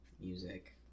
music